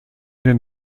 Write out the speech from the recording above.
den